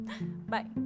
Bye